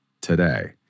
today